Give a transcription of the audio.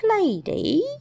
lady